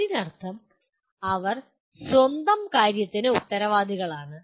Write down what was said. അതിനർത്ഥം അവർ സ്വന്തം കാര്യത്തിന് ഉത്തരവാദികളാണ്